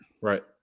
Right